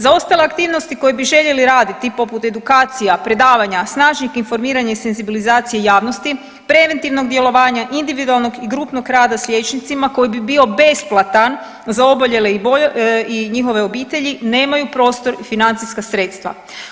Za ostale aktivnosti koje bi željeli raditi poput edukacija, predavanja, snažnijeg informiranja i senzibilizacije javnosti, preventivnog djelovanja, individualnog i grupnog rada s liječnicima koji bi bio besplatan za oboljele i njihove obitelji nemaju prostor i financijska sredstva.